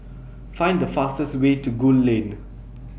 Find The fastest Way to Gul Lane